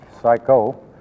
psycho